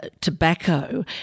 tobacco